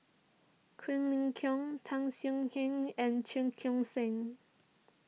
Quek Ling Kiong Tan Swie Hian and Cheong Koon Seng